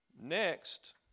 Next